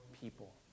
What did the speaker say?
people